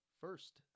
First